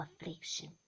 affliction